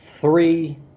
three